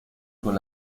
con